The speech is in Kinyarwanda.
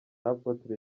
apotre